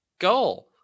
goal